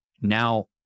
now